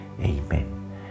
Amen